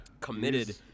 committed